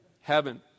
Heaven